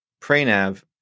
Pranav